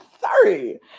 sorry